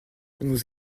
nous